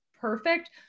perfect